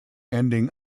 ending